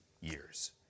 years